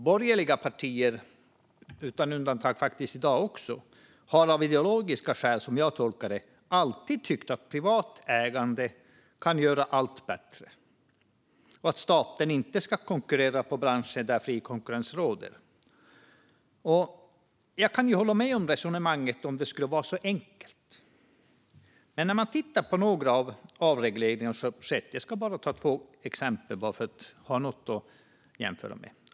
Borgerliga partier - så är det faktiskt utan undantag också i dag - har, som jag tolkar det, av ideologiska skäl alltid tyckt att privat ägande kan göra allt bättre och att staten inte ska konkurrera i branscher där fri konkurrens råder. Jag kan hålla med om resonemanget om det skulle vara så enkelt. Men man kan titta på några avregleringar som skett. Jag ska ta två exempel bara för att ha något att jämföra med.